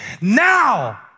Now